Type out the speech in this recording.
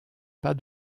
pas